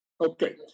Okay